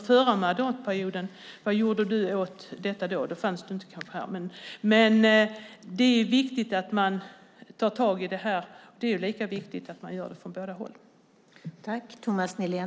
Förra mandatperioden var du kanske inte med här. Men det är viktigt att ta tag i detta, och lika viktigt är att det görs från båda hållen.